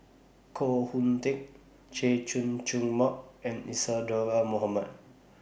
Koh Hoon Teck Chay Jung Jun Mark and Isadhora Mohamed